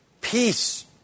peace